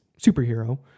superhero